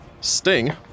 sting